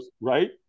Right